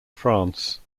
france